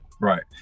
Right